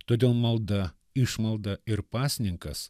todėl malda išmalda ir pasninkas